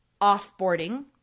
offboarding